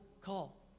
call